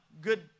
good